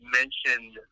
mentioned